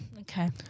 okay